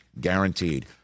guaranteed